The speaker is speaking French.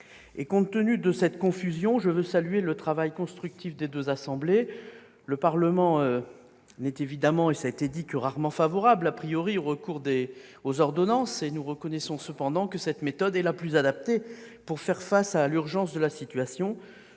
de cette situation de confusion, je veux saluer le travail constructif des deux assemblées. Le Parlement n'est évidemment, cela a été dit, que rarement favorable au recours aux ordonnances. Nous reconnaissons cependant que cette méthode est la plus adaptée pour faire face à l'urgence de la situation.